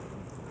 you know